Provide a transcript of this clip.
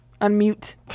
Unmute